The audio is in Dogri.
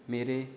मेरे